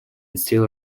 still